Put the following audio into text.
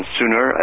sooner